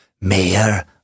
Mayor